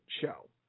show